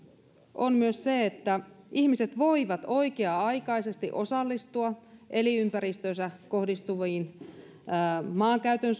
on myös se että ihmiset voivat oikea aikaisesti osallistua elinympäristöönsä kohdistuviin maankäytön